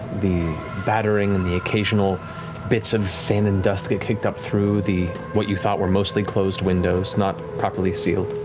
the battering, and the occasional bits of sand and dust get kicked up through the, what you thought were mostly closed windows, not properly sealed.